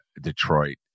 Detroit